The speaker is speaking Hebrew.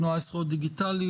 התנועה לזכויות דיגיטליות.